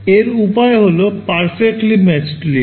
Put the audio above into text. এর উপায় হল perfectly matched layers